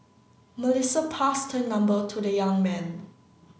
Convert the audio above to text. Melissa passed her number to the young man